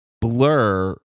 Blur